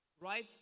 Right